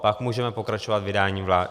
Pak můžeme pokračovat vydáním vlá...